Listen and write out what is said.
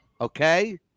Okay